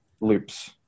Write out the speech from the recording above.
loops